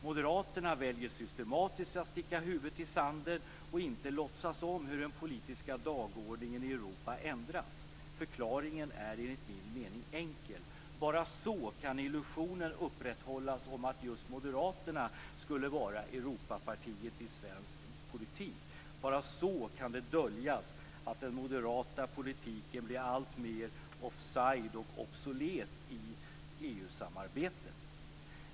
Moderaterna väljer systematiskt att sticka huvudet i sanden och inte låtsas om hur den politiska dagordningen i Europa ändrats. Förklaringen är enligt min mening enkel. Bara så kan illusionen upprätthållas om att just Moderaterna skulle vara Europapartiet i svensk politik. Bara så kan det döljas att den moderata politiken blir alltmer offside och obsolet i EU-samarbetet.